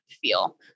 feel